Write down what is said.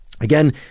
Again